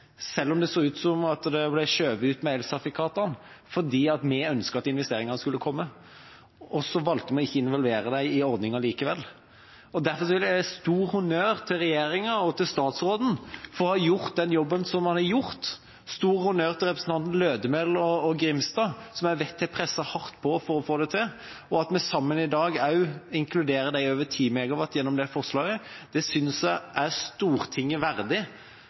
selv om det så ut som det ble skjøvet ut med elsertifikatene – fordi vi ønsket at investeringene skulle komme. Og så valgte vi å ikke involvere dem i ordningen likevel. Derfor vil jeg gi en stor honnør til regjeringa og til statsråden for å ha gjort den jobben som de har gjort, og stor honnør til representantene Lødemel og Grimstad, som jeg vet har presset hardt på for å få det til. At vi sammen i dag også inkluderer de over 10 MW gjennom dette forslaget, synes jeg er Stortinget verdig.